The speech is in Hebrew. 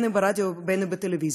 אם ברדיו ואם בטלוויזיה.